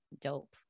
Dope